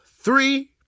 three